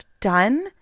done